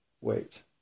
Wait